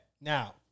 now